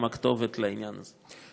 הם הכתובת לעניין הזה.